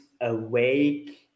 awake